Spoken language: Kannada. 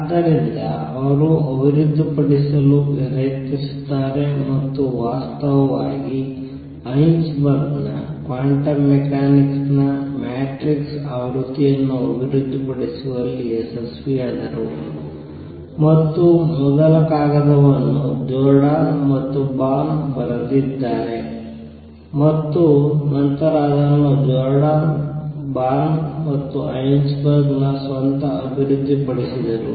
ಆದ್ದರಿಂದ ಅವರು ಅಭಿವೃದ್ಧಿಪಡಿಸಲು ಪ್ರಯತ್ನಿಸುತ್ತಾರೆ ಮತ್ತು ವಾಸ್ತವವಾಗಿ ಹೈಸೆನ್ಬರ್ಗ್ ನ ಕ್ವಾಂಟಮ್ ಮೆಕ್ಯಾನಿಕ್ಸ್ ನ ಮ್ಯಾಟ್ರಿಕ್ಸ್ ಆವೃತ್ತಿಯನ್ನು ಅಭಿವೃದ್ಧಿಪಡಿಸುವಲ್ಲಿ ಯಶಸ್ವಿಯಾದರು ಮತ್ತು ಮೊದಲ ಕಾಗದವನ್ನು ಜೋರ್ಡಾನ್ ಮತ್ತು ಬಾರ್ನ್ ಬರೆದಿದ್ದಾರೆ ಮತ್ತು ನಂತರ ಅದನ್ನು ಜೋರ್ಡಾನ್ ಬಾರ್ನ್ ಮತ್ತು ಹೈಸೆನ್ಬರ್ಗ್ ಸ್ವತಃ ಅಭಿವೃದ್ಧಿಪಡಿಸಿದರು